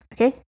okay